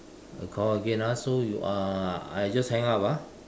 I call again ah so you uh I just hang up ah